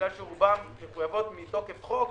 מכיוון שרובן מחויבות מתוקף חוק,